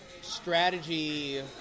strategy